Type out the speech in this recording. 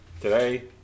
Today